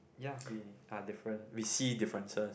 ya we are different we see differences